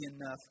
enough